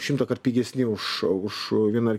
šimtąkart pigesni už už vieną ar